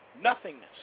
nothingness